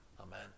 Amen